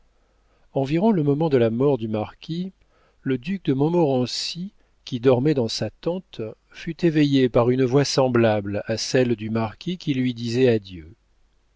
environ le moment de la mort du marquis le duc de montmorency qui dormait dans sa tente fut éveillé par une voix semblable à celle du marquis qui lui disait adieu